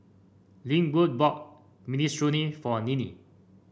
Linwood bought Minestrone for Ninnie